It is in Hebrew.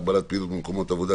הגבלת פעילות מה שכבר קראנו ודנו,